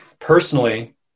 personally